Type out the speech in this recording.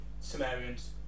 Sumerians